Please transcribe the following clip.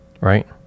right